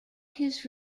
his